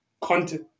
content